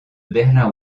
berlin